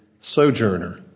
sojourner